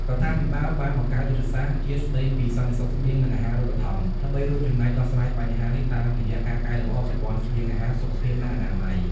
រដ្ឋាភិបាលបានបង្កើត យុទ្ធសាស្ត្រជាតិស្តីពីសន្តិសុខស្បៀង និងអាហារូបត្ថម្ភ ដើម្បីរួមចំណែកដោះស្រាយបញ្ហានេះតាមរយៈការកែលម្អប្រព័ន្ធស្បៀងអាហារ សុខភាព និងអនាម័យ។